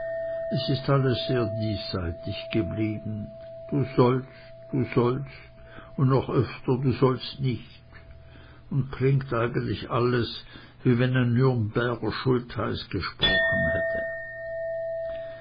es ist alles sehr diesseitig geblieben du sollst du sollst und noch öfter du sollst nicht und klingt eigentlich alles wie wenn ein nürnberger schultheiß gesprochen hätte